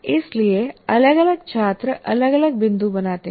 इसलिए अलग अलग छात्र अलग अलग बिंदु बनाते हैं